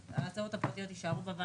לא, לפני, כי זה לא קשור למה